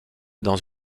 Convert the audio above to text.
dans